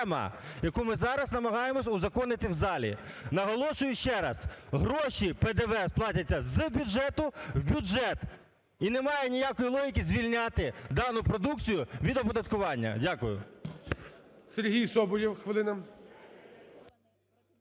яку ми зараз намагаємось узаконити в залі. Наголошую ще раз. Гроші ПДВ сплатяться з бюджету в бюджет. І немає ніякої логіки звільняти дану продукцію від оподаткування. Дякую.